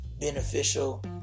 beneficial